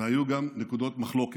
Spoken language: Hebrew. והיו גם נקודות מחלוקת.